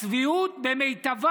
הצביעות במיטבה,